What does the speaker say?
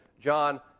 John